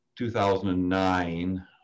2009